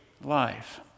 life